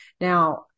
now